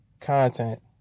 content